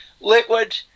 liquid